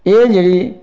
एह् जेह्ड़ी